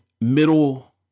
middle